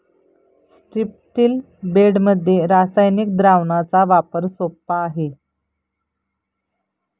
स्ट्रिप्टील बेडमध्ये रासायनिक द्रावणाचा वापर सोपा आहे